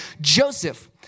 Joseph